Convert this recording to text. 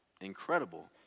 incredible